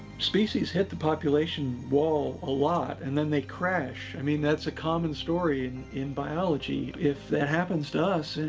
species hit the population wall a lot and then they crash. i mean, that's a common story in biology. if that happens to us,